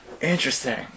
interesting